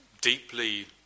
deeply